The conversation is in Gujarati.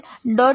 iisctagmail